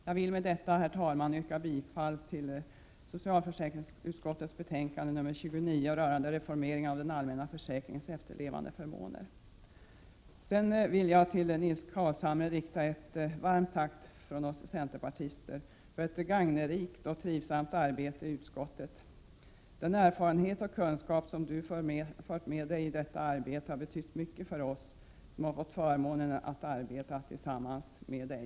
Jag vill med detta, herr talman, yrka bifall till hemställan i socialförsäkringsutskottets betänkande nr 29 rörande reformering av den allmänna försäkringens efterlevandeförmåner. Avslutningsvis vill jag från oss centerpartister till Nils Carlshamre rikta ett varmt tack för ett gagnerikt och trivsamt samarbete i utskottet. Den erfarenhet och kunskap som du Nils Carlshamre fört med dig i detta arbete har betytt mycket för oss som har haft förmånen att arbeta tillsammans med dig.